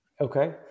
Okay